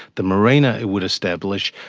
the marina it would establish,